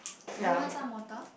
do you want some water